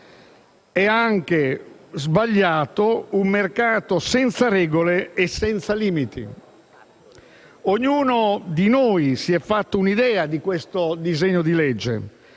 è anche sbagliato un mercato senza regole e senza limiti. Ognuno di noi si è fatto un'idea di questo disegno di legge